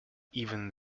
even